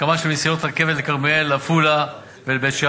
הקמה של מסילות רכבת לכרמיאל, עפולה ובית-שאן.